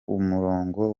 umurongo